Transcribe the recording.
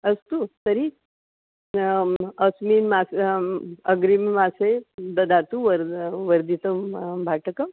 अस्तु तर्हि अस्मिन् मासे अग्रिममासे ददातु वर्धनं वर्धितं भाटकं